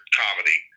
comedy